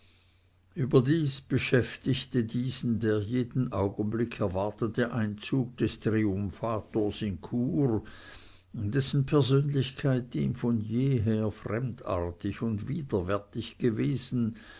überdies beschäftigte diesen der jeden augenblick erwartete einzug des triumphators in chur dessen persönlichkeit ihm von jeher fremdartig und widerwärtig gewesen